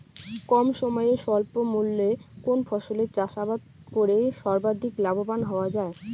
কম সময়ে স্বল্প মূল্যে কোন ফসলের চাষাবাদ করে সর্বাধিক লাভবান হওয়া য়ায়?